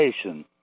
station